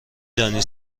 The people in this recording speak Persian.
دانی